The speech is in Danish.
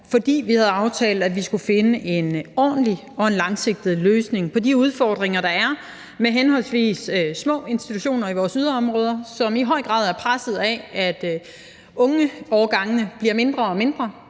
fordi vi havde aftalt, at vi skulle finde en ordentlig og langsigtet løsning på de udfordringer, der er med små institutioner i vores yderområder, som i høj grad er presset af, at ungeårgangene bliver mindre og mindre.